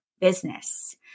business